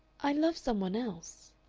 i love some one else.